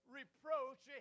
reproach